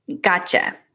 Gotcha